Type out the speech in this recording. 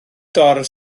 dorf